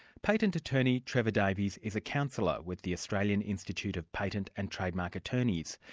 patent attorney trevor davies is a counsellor with the australian institute of patent and trademark attorneys.